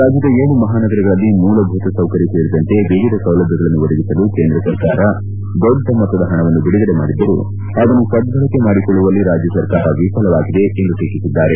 ರಾಜ್ಞದ ಏಳು ಮಹಾನಗರಗಳಲ್ಲಿ ಮೂಲಭೂತ ಸೌಕರ್ಯ ಸೇರಿದಂತೆ ಏವಿಧ ಸೌಲಭ್ಞಗಳನ್ನು ಒದಗಿಸಲು ಕೇಂದ್ರ ಸರ್ಕಾರ ದೊಡ್ಡ ಮೊತ್ತದ ಹಣವನ್ನು ಬಿಡುಗಡೆ ಮಾಡಿದ್ದರೂ ಅದನ್ನು ಸದ್ದಳಕೆ ಮಾಡಿಕೊಳ್ಳುವಲ್ಲಿ ರಾಜ್ಜಸರ್ಕಾರ ವಿಫಲವಾಗಿದೆ ಎಂದು ಟೀಕಿಸಿದ್ದಾರೆ